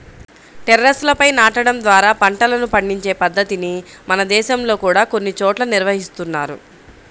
టెర్రస్లపై నాటడం ద్వారా పంటలను పండించే పద్ధతిని మన దేశంలో కూడా కొన్ని చోట్ల నిర్వహిస్తున్నారు